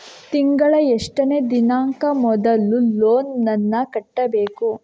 ತಿಂಗಳ ಎಷ್ಟನೇ ದಿನಾಂಕ ಮೊದಲು ಲೋನ್ ನನ್ನ ಕಟ್ಟಬೇಕು?